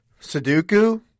Sudoku